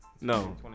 no